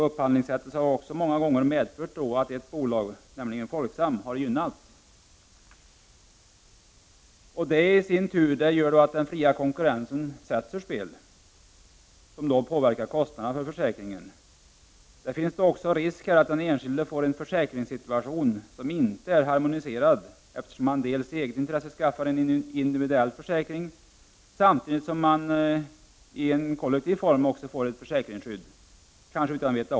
Upphandlingssättet har också många gånger medfört att ett bolag, nämligen Folksam, har gynnats. Detta gör i sin tur att den fria konkurrensen sätts ur spel, vilket påverkar kostnaderna för försäkringen. Det finns också risk för att den enskilde får en försäkringssituation som inte är harmoniserad, eftersom man i eget intresse kan skaffa en individuell försäkring samtidigt som man utan att veta om det har motsvarande försäkringsskydd i kollektiv form.